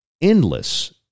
endless